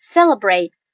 Celebrate